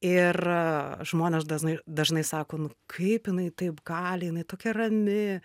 ir žmonės dažnai dažnai sako nu kaip jinai taip gali jinai tokia rami